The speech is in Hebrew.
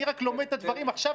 אני רק לומד את הדברים עכשיו,